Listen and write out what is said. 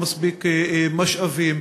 לא מספיק משאבים.